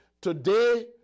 Today